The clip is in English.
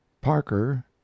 Parker